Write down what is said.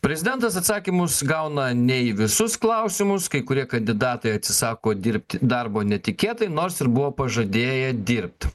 prezidentas atsakymus gauna ne į visus klausimus kai kurie kandidatai atsisako dirbt darbo netikėtai nors ir buvo pažadėję dirbt